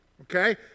okay